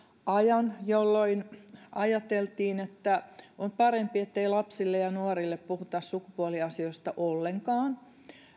ajan jolloin ajateltiin että on parempi ettei lapsille ja nuorille puhuta sukupuoliasioista ollenkaan